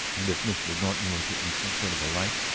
and if mr. norton will get me some sort of a light.